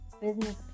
business